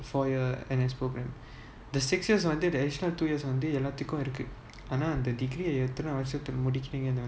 four year four year N_S program the six years வந்து:vanthu two years வந்துஎல்லாத்துக்கும்இருக்குஆனா:vanthu ellathukum iruku aana the degree எத்தனைவருசத்துக்குமுடிக்கிறீங்க:ethanai varushathuku mudikirenga